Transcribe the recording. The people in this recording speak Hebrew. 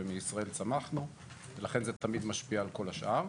ומישראל צמחנו ולכן זה תמיד משפיע על כל השאר.